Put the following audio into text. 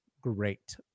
great